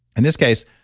and this case,